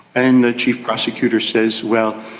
and the chief prosecutor says, well,